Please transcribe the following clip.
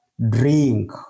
Drink